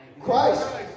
Christ